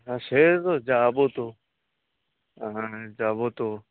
হ্যাঁ সে তো যাবো তো হ্যাঁ যাবো তো